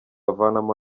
avanamo